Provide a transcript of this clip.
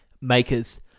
Makers